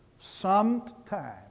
sometime